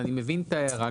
ואני מבין את ההערה,